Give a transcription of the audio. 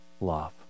love